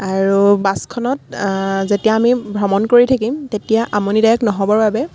আৰু বাছখনত যেতিয়া আমি ভ্ৰমন কৰি থাকিম তেতিয়া আমনিদায়ক নহ'বৰ বাবে